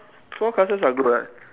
small classes are good right